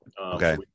Okay